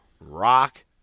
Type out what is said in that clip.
Rock